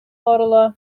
барыла